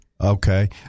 okay